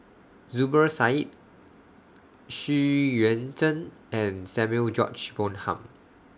Zubir Said Xu Yuan Zhen and Samuel George Bonham